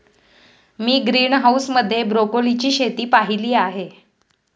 मी greenhouse मध्ये ब्रोकोलीची शेती पाहीली आहे